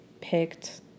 picked